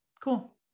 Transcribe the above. Cool